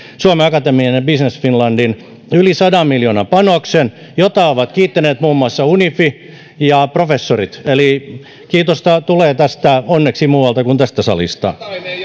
suomen akatemian ja business finlandin yli sadan miljoonan panoksen jota ovat kiittäneet muun muassa unifi ja professorit eli kiitosta tulee tästä onneksi muualta kuin tästä salista